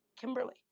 Kimberly